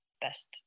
best